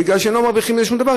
מפני שהם לא מרוויחים מזה שום דבר,